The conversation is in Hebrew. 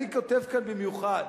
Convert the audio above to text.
אני כותב כאן במיוחד,